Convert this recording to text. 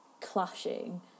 clashing